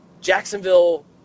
Jacksonville